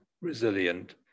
resilient